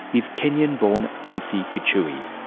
is kenyan born lucy gichuhi,